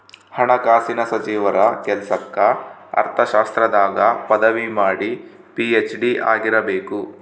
ಹಣಕಾಸಿನ ಸಚಿವರ ಕೆಲ್ಸಕ್ಕ ಅರ್ಥಶಾಸ್ತ್ರದಾಗ ಪದವಿ ಮಾಡಿ ಪಿ.ಹೆಚ್.ಡಿ ಆಗಿರಬೇಕು